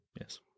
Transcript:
Yes